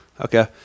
Okay